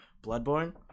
bloodborne